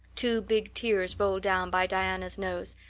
two big tears rolled down by diana's nose.